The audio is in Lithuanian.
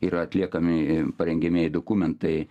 yra atliekami parengiamieji dokumentai